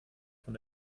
von